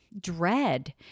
dread